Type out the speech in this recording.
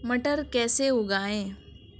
मटर कैसे उगाएं?